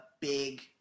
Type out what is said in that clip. big